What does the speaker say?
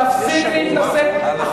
תפסיק להתנשא כבר.